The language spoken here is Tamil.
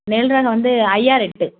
நெல் ரகம் வந்து ஐ ஆர் எட்டு